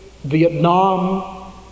Vietnam